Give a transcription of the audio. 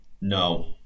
No